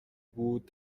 بود